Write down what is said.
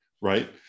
right